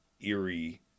eerie